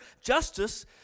justice